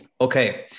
Okay